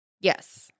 Yes